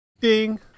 Ding